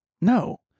No